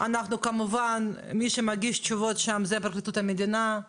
לא יכולנו להחתים על ייפויי